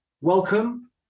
welcome